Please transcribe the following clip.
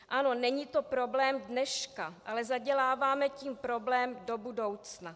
Ano, není to problém dneška, ale zaděláváme tím problém do budoucna.